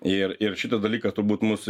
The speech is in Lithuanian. ir ir šitas dalykas turbūt mus